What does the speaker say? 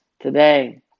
today